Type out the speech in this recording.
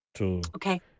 Okay